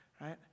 right